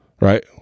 right